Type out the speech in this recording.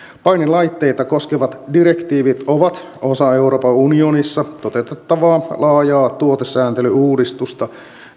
painelaitteita koskevat direktiivit ovat osa euroopan unionissa toteutettavaa laajaa tuotesääntelyuudistusta